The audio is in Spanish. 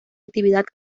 actividad